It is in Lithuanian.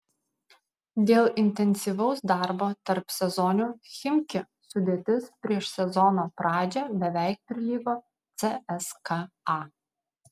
dėl intensyvaus darbo tarpsezoniu chimki sudėtis prieš sezono pradžią beveik prilygo cska